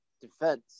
defense